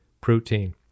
protein